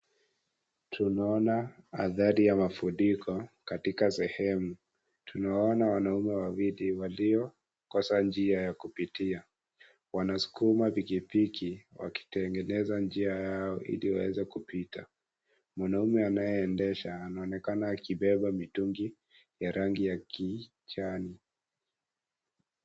Tunaona athari ya mafuriko katika sehemu. Tunaona wanaume wawili waliokosa njia ya kupitia. Wanaskuma pikipiki wakitengeneza njia yao ili waweze kupita. Mwanaume anayeendesha anaonekana akibeba mitungi ya rangi ya kijani.